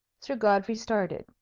sir godfrey started.